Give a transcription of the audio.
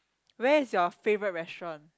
where is your favourite restaurant